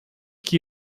que